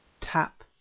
tap